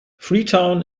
freetown